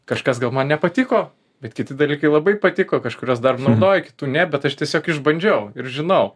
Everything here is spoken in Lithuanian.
kažkas gal man nepatiko bet kiti dalykai labai patiko kažkuriuos dar naudoju kitų ne bet aš tiesiog išbandžiau ir žinau